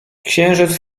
księżyc